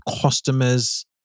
customers